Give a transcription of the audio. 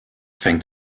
fängt